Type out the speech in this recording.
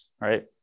right